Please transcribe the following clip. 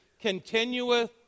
continueth